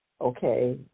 Okay